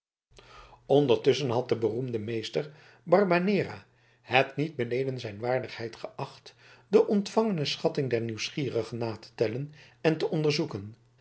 ondertusschen had de beroemde meester barbanera het niet beneden zijn waardigheid geacht de ontvangene schatting der nieuwsgierigen na te tellen en te onderzoeken